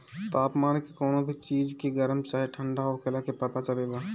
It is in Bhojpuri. तापमान के कवनो भी चीज के गरम चाहे ठण्डा होखला के पता चलेला